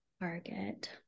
Target